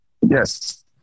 Yes